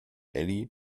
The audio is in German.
elli